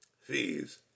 Fees